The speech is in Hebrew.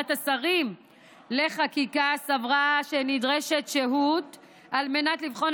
ועדת השרים לחקיקה סברה שנדרשת שהות על מנת לבחון